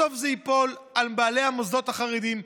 בסוף זה ייפול על בעלי המוסדות החרדיים,